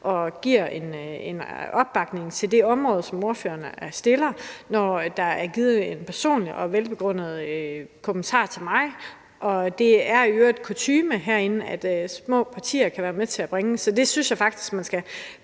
og giver en opbakning til det område, som ordførerens forslag omhandler, og når der er givet en personlig og velbegrundet forklaring til mig. Det er i øvrigt kutyme herinde, at små partier kan bringe det på den måde. Så jeg synes faktisk, at man skal